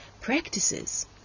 practices